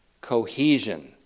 cohesion